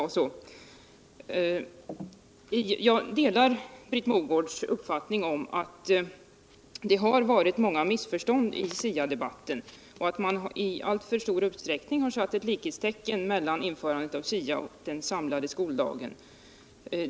Jag delar Britt Mogårds uppfattning att det har varit många missförstånd i SIA-debatten och att man i alltför stor utsträckning har satt likhetstecken mellan införandet av SIA-skolan och den samlade skoldagen.